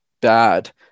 bad